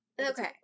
Okay